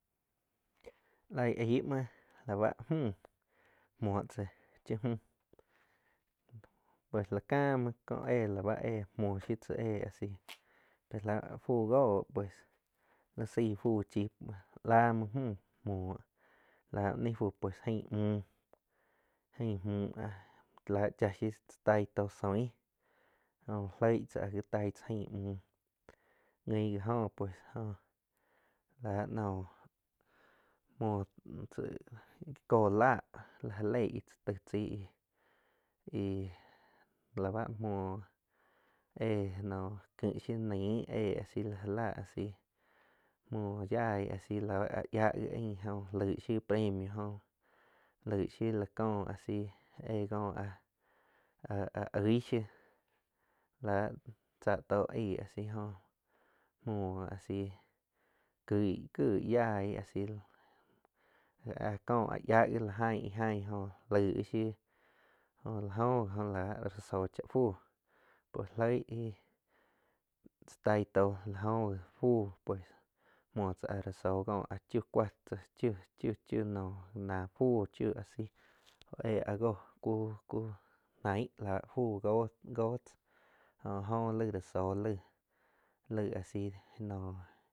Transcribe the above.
Laig aigh muoh la báh mju muoh tzá cha mjuh pues la ká muo kó eh la ba éh muoh shiu tzá éh ah si já lah fu góh pues li saig fu chii la muoh mju muoh la ni fú pues aing muh, ain muh áh la chaa shiu tzá tai tó shoing jo loigh tzá áh ja taig tzá ain muh, guin gih jo pues jóh la noh muoh tzá kó láh ja leih íh tzá teig chai ih-ih la bá muoh éh noh kigh shiu nein éh asi la já la a si muoh yaig a si la bá áh ya gi jo laig shiu premio, lai shui la có áh sí éh có áh-áh oig shiu lá tsáh tóh aig jo muoh a si kih-kih yai asi áh có áh ya gui ha jain ha jain laig shiu jo la jó gi oh, láh rá sóh cha fu loig íh tzá taig tóh la jó gi fu pues muo áh rza só kó áh chiu cua tza a chiu-chiu nóh a fu jo éh áh jóh cu naig la ba fu go tzá jo muo laig ra zó laig áh si noh.